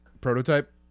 prototype